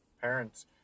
parents